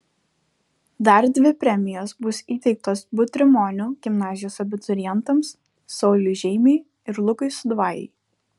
dar dvi premijos bus įteiktos butrimonių gimnazijos abiturientams sauliui žeimiui ir lukui sudvajui